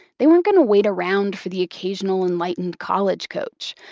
they weren't going to wait around for the occasional enlightened college coach,